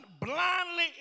blindly